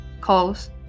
calls